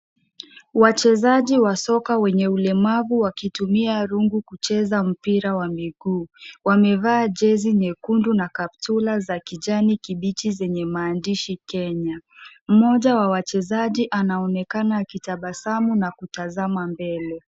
Wachezaji wa soka wenye ulemavu Wakitumia rungu kucheza mpira wa miguu. Wamevaa jesi nyekundu na kaptura za kijani kibichi zenye maandishi Kenya. Mmoja wa wachezaji anaonekana akitabasamu na kutazama mbele.